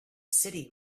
city